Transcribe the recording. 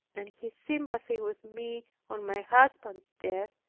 and his sympathy with me on my husband's death,